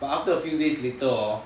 but after a few days later hor